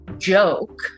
Joke